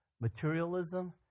materialism